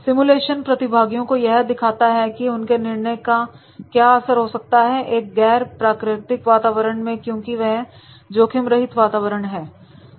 simulation प्रतिभागियों को यह दिखाता है की उनके निर्णय का क्या असर हो सकता है एक गैर प्राकृतिक वातावरण में क्योंकि यह जोखिम रहित वातावरण है